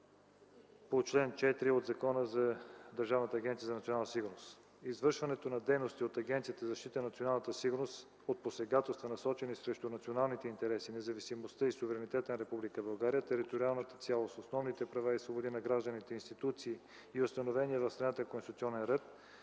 по чл. 4 от Закона за Държавната агенция „Национална сигурност”. Извършването на дейности от агенцията за защита на националната сигурност от посегателства, насочени срещу националните интереси, независимостта и суверенитета на Република България, териториалната цялост, основните права и свободи на гражданите и институциите и установения в страната конституционен ред,